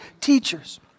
teachers